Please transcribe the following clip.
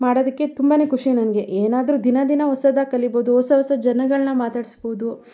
ಮಾಡೋದಕ್ಕೆ ತುಂಬನೇ ಖುಷಿ ನನಗೆ ಏನಾದರೂ ದಿನ ದಿನ ಹೊಸದಾಗಿ ಕಲಿಬೋದು ಹೊಸ ಹೊಸ ಜನಗಳನ್ನ ಮಾತಾಡ್ಸ್ಬೋದು